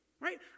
Right